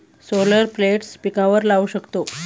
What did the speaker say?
solar plates पिकांवर लाऊ शकतो